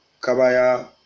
Kabaya